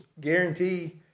guarantee